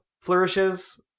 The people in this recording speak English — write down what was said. flourishes